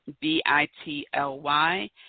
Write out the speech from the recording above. B-I-T-L-Y